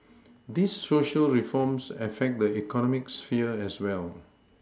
these Social reforms affect the economic sphere as well